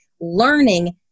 Learning